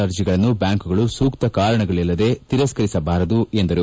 ಅರ್ಜಿಗಳನ್ನು ಬ್ಯಾಂಕ್ಗಳು ಸೂಕ್ಷ ಕಾರಣಗಳಿಲ್ಲದೆ ತಿರಸ್ಕರಿಸಬಾರದು ಎಂದರು